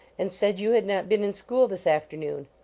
and said you had not been in school this afternoon.